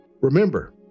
Remember